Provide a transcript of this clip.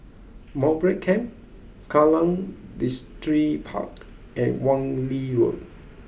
Mowbray Camp Kallang Distripark and Wan Lee Road